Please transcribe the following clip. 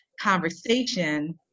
conversation